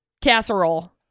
casserole